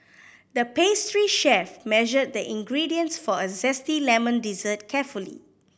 the pastry chef measured the ingredients for a zesty lemon dessert carefully